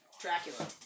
Dracula